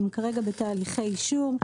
וכרגע הן בתהליכי אישור.